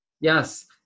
Yes